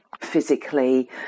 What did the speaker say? physically